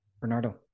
Bernardo